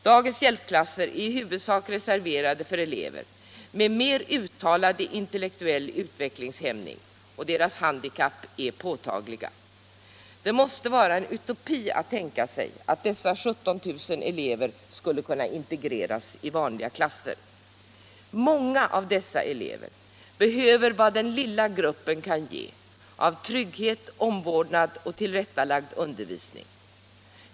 Dagens hjälpklasser är i huvudsak reserverade för elever med mer uttalad intellektuell utvecklingshämning, och deras handikapp är mer påtagliga. Det måste vara en utopi att tänka sig att dessa 17000 elever skulle kunna integreras i vanliga klasser. Många av dessa elever behöver vad den lilla gruppen kan ge av trygghet, omvårdnad och tillrättalagd undervisning.